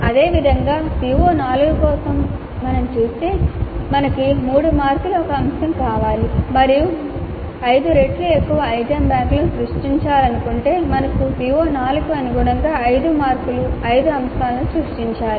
అదేవిధంగా CO4 కోసం మీరు చూస్తే మాకు 3 మార్కుల ఒక అంశం కావాలి మరియు మీరు ఐదు రెట్లు ఎక్కువ ఐటెమ్ బ్యాంక్ను సృష్టించాలనుకుంటే మేము CO4 కు అనుగుణంగా 5 మార్కుల 5 అంశాలను సృష్టించాలి